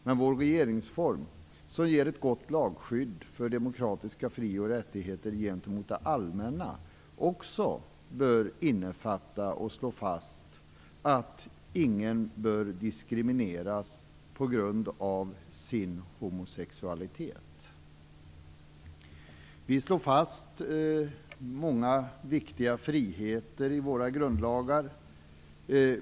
Men vår regeringsform, som ger ett gott lagskydd för demokratiska fri och rättigheter gentemot det allmänna, bör också innefatta och slå fast att ingen skall diskrimineras på grund av sin homosexualitet. Vi slår i våra grundlagar fast många viktiga friheter.